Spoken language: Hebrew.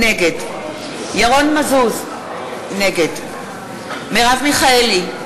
נגד ירון מזוז, נגד מרב מיכאלי,